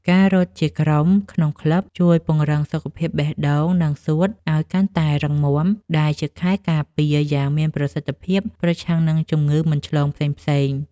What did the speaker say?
ការរត់ជាក្រុមក្នុងក្លឹប ជួយពង្រឹងសុខភាពបេះដូង និងសួតឱ្យកាន់តែរឹងមាំ ដែលជាខែលការពារយ៉ាងមានប្រសិទ្ធភាពប្រឆាំងនឹងជំងឺមិនឆ្លងផ្សេងៗ។